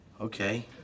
Okay